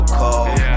cold